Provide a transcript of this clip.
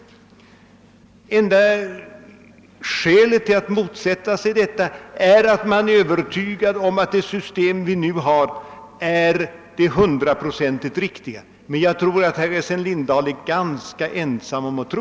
Det enda skälet till att motsätta sig detta är att man är övertygad om att det system vi nu har är det hundraprocentigt riktiga. Jag tror att herr Essen Lindahl är ganska ensam om denna tro.